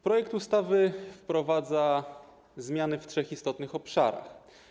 Projekt ustawy wprowadza zmiany w trzech istotnych obszarach.